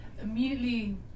immediately